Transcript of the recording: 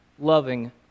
Loving